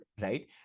right